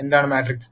എന്താണ് മാട്രിക്സ്